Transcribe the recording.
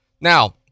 Now